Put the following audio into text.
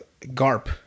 Garp